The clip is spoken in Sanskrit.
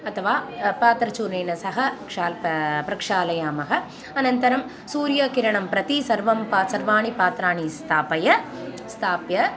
अथवा पात्रचूर्णेन सह क्षाल् पा प्रक्षालयामः अनन्तरं सूर्यकिरणं प्रति सर्वं प सर्वाणि पात्राणि स्थापय स्थाप्य